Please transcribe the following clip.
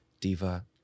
Diva